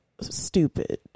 stupid